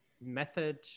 method